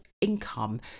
income